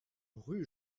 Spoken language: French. rue